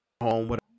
home